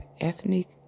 ethnic